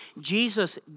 Jesus